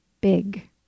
big